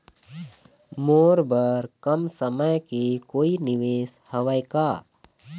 मोर बर कम समय के कोई निवेश हावे का?